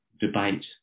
debate